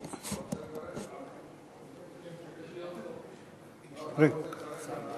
חברי הכנסת, יש לנו עוד הצעת חוק